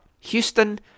Houston